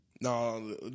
No